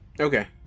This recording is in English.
Okay